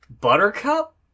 Buttercup